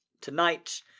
Tonight